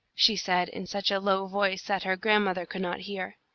she said, in such a low voice that her grandmother could not hear.